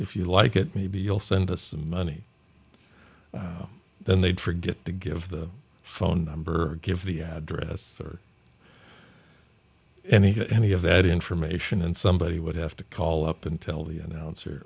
if you like it maybe you'll send us the money then they'd forget to give the phone number give the address or any any of that information and somebody would have to call up and tell the announcer